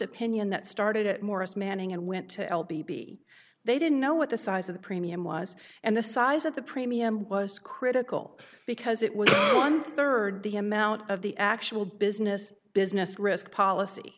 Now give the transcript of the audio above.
opinion that started at morris manning and went to el b b they didn't know what the size of the premium was and the size of the premium was critical because it was one third the amount of the actual business business risk policy